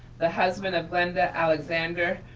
the husband of glenda alexander,